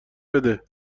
بده